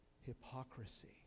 hypocrisy